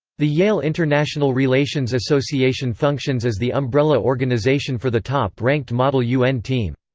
the yale international relations association functions as the umbrella organization for the top-ranked model un team.